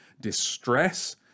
distress